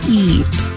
eat